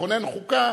לכונן חוקה,